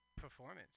performance